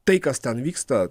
tai kas ten vyksta